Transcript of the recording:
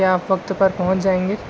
کیا آپ وقت پر پہنچ جائیں گے